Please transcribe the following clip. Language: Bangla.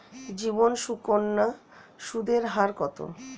জীবন সুকন্যা সুদের হার কত?